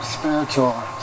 spiritual